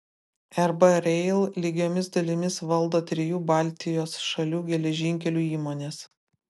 rb rail lygiomis dalimis valdo trijų baltijos šalių geležinkelių įmonės